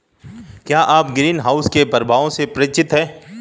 क्या आप ग्रीनहाउस के प्रभावों से परिचित हैं?